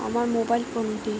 আমার মোবাইল ফোনটি